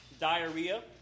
Diarrhea